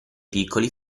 piccoli